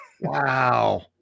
Wow